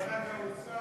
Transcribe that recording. בכוונת האוצר